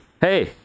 Hey